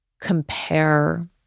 compare